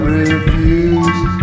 refuse